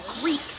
Greek